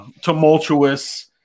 tumultuous